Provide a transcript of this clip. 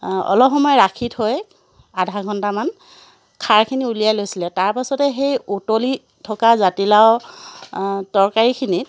অলপ সময় ৰাখি থৈ আধা ঘণ্টামান খাৰখিনি উলিয়াই লৈছিলে তাৰপাছতে সেই উতলি থকা জাতিলাও তৰকাৰীখিনিত